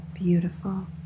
beautiful